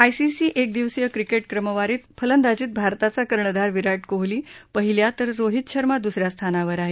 ICC एकदिवसीय cricket क्रमवारीत फलंदाजीत भारताचा कर्णधार विराट कोहली पहिल्या तर रोहित शर्मा द्रसऱ्या स्थानावर आहे